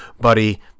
buddy